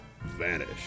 vanish